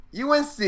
UNC